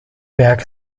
werk